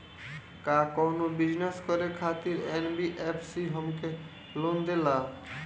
का कौनो बिजनस करे खातिर एन.बी.एफ.सी हमके लोन देला?